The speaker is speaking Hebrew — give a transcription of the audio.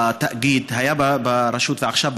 בתאגיד, זה היה ברשות ועכשיו בתאגיד,